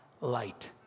light